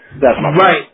Right